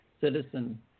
citizen